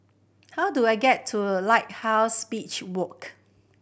how do I get to Lighthouse Beach Walk